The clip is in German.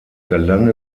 gelang